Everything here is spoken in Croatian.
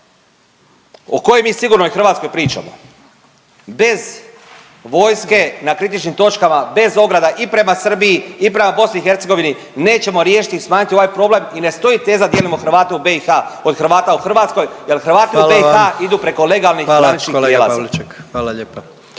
O kojoj mi sigurnoj Hrvatskoj pričamo? Bez vojske na kritičnim točkama, bez ograda i prema Srbiji i prema BiH nećemo riješiti i smanjiti ovaj problem i ne stoji teza, dijelimo Hrvate u BiH od Hrvata u Hrvatskoj jer Hrvati … .../Upadica: Hvala./... u BiH idu preko legalnih graničnih prijelaza.